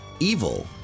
Evil